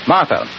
Martha